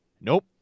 Nope